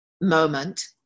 moment